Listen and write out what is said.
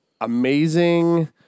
amazing